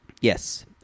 Yes